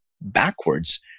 backwards